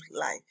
life